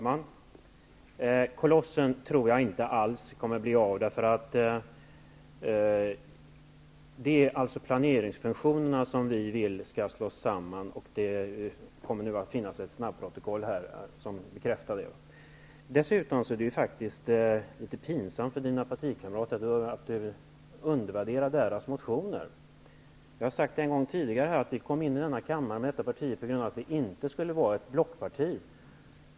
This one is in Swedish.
Herr talman! Jag tror inte alls att det kommer att bli en sådan koloss. Vi vill att planeringsfunktionerna skall slås samman. Det kommer att bekräftas i snabbprotokollet. Det är lite pinsamt för Elving Anderssons partikamrater att han undervärderar deras motioner. Jag har tidigare sagt att vi kom in i denna kammare därför att vi inte skulle vara ett blockparti.